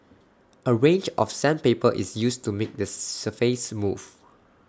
A range of sandpaper is used to make the surface smooth